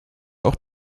auch